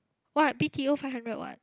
what b_t_o five hundred what